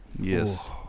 Yes